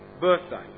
birthday